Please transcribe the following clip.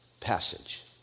Passage